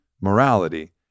morality